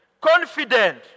confident